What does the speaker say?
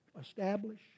establish